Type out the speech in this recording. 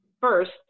first